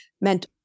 meant